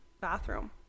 bathroom